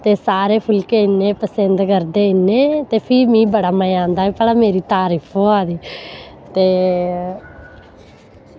ते सारे फुल्के इ'न्ने पसंद करदे इ'न्ने ते फ्ही मीं बड़ा मजा आंदा भला मेरी तरीफ होआ दी ते